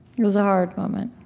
it was a hard moment